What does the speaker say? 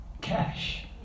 cash